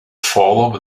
followed